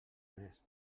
més